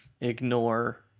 ignore